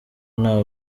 nta